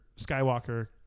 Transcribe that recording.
Skywalker